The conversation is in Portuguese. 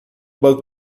banco